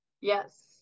yes